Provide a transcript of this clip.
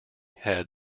had